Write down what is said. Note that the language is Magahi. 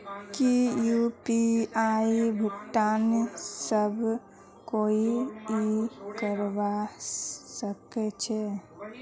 की यु.पी.आई भुगतान सब कोई ई करवा सकछै?